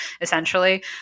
essentially